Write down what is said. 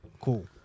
Cool